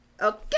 Okay